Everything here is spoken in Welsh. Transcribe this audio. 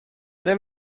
ble